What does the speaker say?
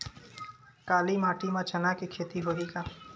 काली माटी म चना के खेती होही का?